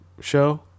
show